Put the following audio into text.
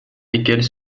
lesquelles